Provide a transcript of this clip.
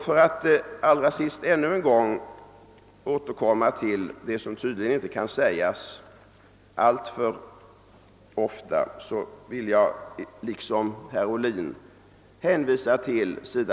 För att ännu en gång återkomma till det som tydligen inte kan sägas alltför ofta vill jag liksom herr Ohlin hänvisa till sid.